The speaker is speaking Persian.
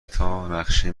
تانقشه